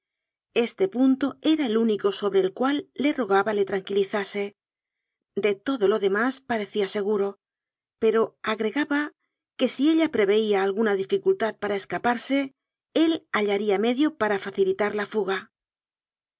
este punto era el único sobre el cual le rogaba le tranquilizase de todo lo demás pa recía seguro pero agregaba que si ella preveía alguna dificultad para escaparse él hallaría medio para facilitar la fuga